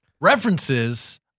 references